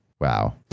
wow